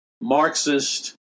Marxist